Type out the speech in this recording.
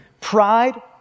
Pride